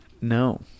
no